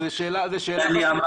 זו שאלה עקרונית.